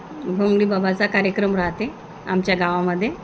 घोंगडी बाबाचा कार्यक्रम राहते आमच्या गावामध्ये